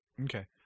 Okay